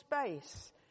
space